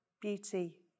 beauty